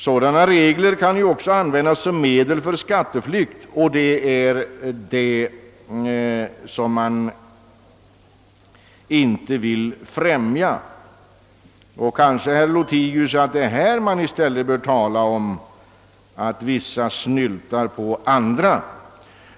Sådana regler kan också användas för skatteflykt, och det är dessa som man inte vill främja. Det är nog, herr Lothigius, i detta sammanhang man bör tala om att en del snyltar på andra.